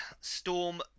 storm